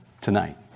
tonight